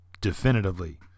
definitively